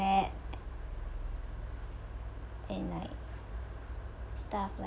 and like stuff la~